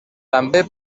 també